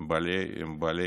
הם בעלי